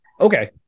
Okay